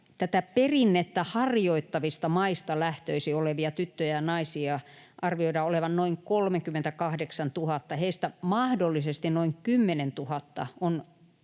perinnettä harjoittavista maista lähtöisin olevia tyttöjä ja naisia arvioidaan olevan noin 38 000. Heistä mahdollisesti noin 10 000 on